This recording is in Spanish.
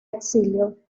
exilio